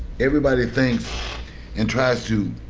everybody thinks and tries to